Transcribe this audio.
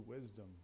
wisdom